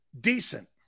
decent